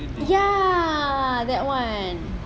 ya that [one]